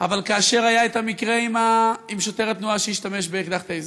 אבל כאשר היה המקרה עם שוטר התנועה שהשתמש באקדח "טייזר",